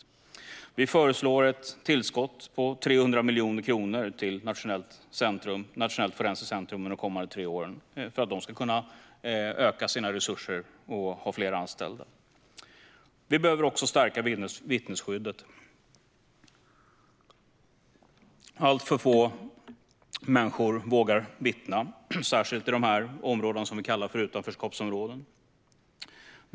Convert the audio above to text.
Centerpartiet föreslår ett tillskott på 300 miljoner kronor till Nationellt forensiskt centrum de kommande tre åren för att de ska kunna öka sina resurser och ha fler anställda. Vi behöver också stärka vittnesskyddet. Alltför få människor vågar vittna, särskilt i de områden som vi kallar för utanförskapsområden.